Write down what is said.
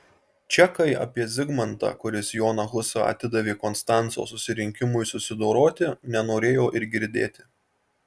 čekai apie zigmantą kuris joną husą atidavė konstanco susirinkimui susidoroti nenorėjo ir girdėti